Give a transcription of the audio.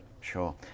sure